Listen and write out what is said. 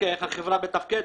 איך החברה מתפקדת.